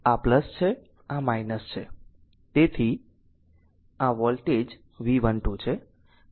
તેથી આ voltage V12 છે